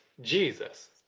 Jesus